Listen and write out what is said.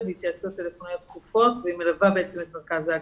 ולהתייעצויות טלפוניות תכופות והיא מלווה את מרכז ההגנה.